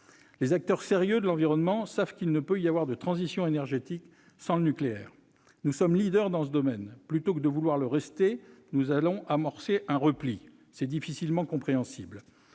Les acteurs sérieux de l'environnement savent qu'il ne peut y avoir de transition énergétique sans le nucléaire. Nous sommes leaders dans ce domaine, mais, plutôt que de vouloir le rester, nous allons amorcer un repli. C'est difficilement compréhensible,